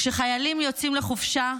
"כשחיילים יוצאים לחופשה,